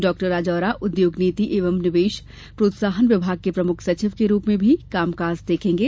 डॉ राजौरा उद्योग नीति एवं निवेश प्रोत्साहन विभाग के प्रमुख सचिव के रूप में भी कामकाज देखेंगे